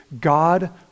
God